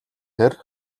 хэр